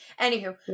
Anywho